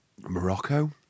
Morocco